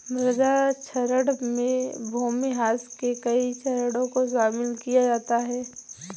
मृदा क्षरण में भूमिह्रास के कई चरणों को शामिल किया जाता है